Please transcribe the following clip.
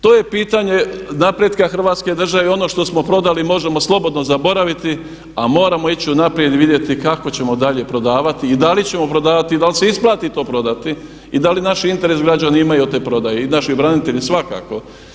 To je pitanje napretka hrvatske države i ono što smo prodali možemo slobodno zaboraviti a moramo ići unaprijed i vidjeti kako ćemo dalje prodavati i da li ćemo prodavati i da li se isplati to prodati i da li naš interes građani imaju od te prodaje i naši branitelji svakako.